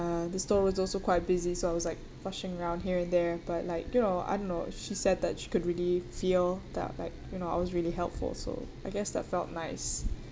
uh the stall is also quite busy so I was like rushing around here and there but like you know I don't know she said that she could really feel that like you know I was really helpful so I guess that felt nice